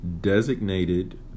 designated